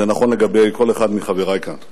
זה נכון לגבי כל אחד מחברי כאן.